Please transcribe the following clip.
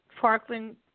Parkland